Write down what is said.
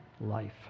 life